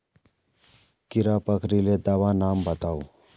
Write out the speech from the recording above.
कीड़ा पकरिले दाबा नाम बाताउ?